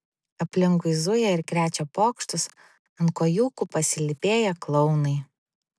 aplinkui zuja ir krečia pokštus ant kojūkų pasilypėję klounai